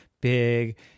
big